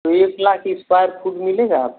तो एक lakh square foot मिलेगा आपको